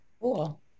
Cool